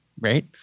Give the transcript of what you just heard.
right